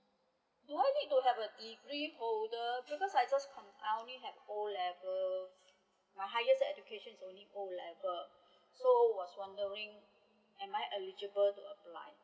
do I need to have a degree holder because I just confoundly have O level my highest education is only O level so was wondering am I eligible to apply